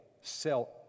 Sell